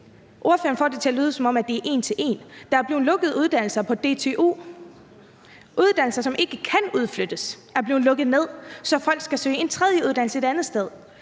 Ordføreren får det til at lyde, som om det er en til en. Der er blevet lukket uddannelser på DTU. Uddannelser, som ikke kan udflyttes, er blevet lukket ned, så folk skal søge ind på en tredje uddannelse et andet sted.